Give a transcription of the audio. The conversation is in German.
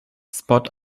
spot